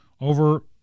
over